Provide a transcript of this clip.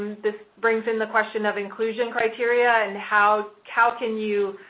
this brings in the question of inclusion criteria and how how can you